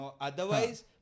Otherwise